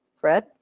Fred